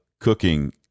cooking